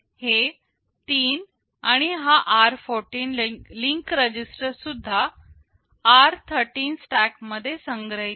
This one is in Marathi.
हे तीन आणि हा r14 लिंक रजिस्टर सुद्धा r13 स्टॅक मध्ये संग्रहित आहे